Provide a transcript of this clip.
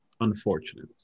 unfortunate